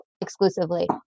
exclusively